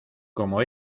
como